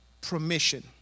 permission